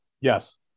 Yes